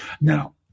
Now